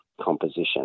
composition